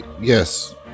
Yes